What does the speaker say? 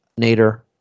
Nader